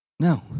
No